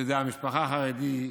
שזה המשפחה החרדית,